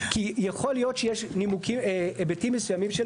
כי יכול להיות שיש היבטים מסוימים של